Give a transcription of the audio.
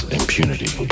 impunity